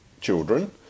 children